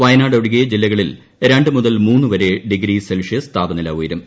വയനാട് ഒഴികെ ജില്ലകളിൽ രണ്ട് മുതൽ മൂന്നു വരെ ഡിഗ്രി സെൽഷ്യസ് താപനില ഉയരും